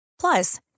Plus